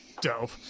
dope